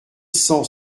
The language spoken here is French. cent